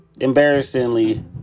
embarrassingly